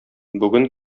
бүген